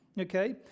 okay